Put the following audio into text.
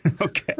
Okay